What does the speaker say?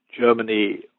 Germany